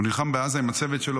הוא נלחם בעזה עם הצוות שלו,